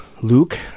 Luke